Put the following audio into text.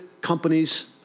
companies